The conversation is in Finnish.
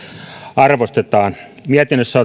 arvostetaan mietinnössä